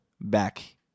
back